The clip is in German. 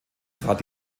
trat